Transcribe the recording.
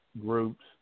groups